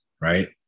right